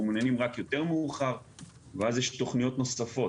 מעוניינים רק יותר מאוחר ואז יש תכניות נוספות.